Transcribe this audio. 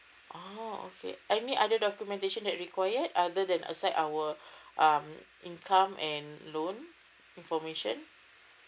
oh okay any other documentation that require other than a side of our um income and loan information